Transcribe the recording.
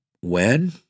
when